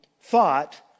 thought